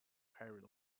carried